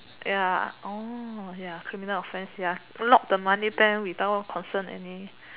ya orh ya criminal offence ya rob the money then without concern any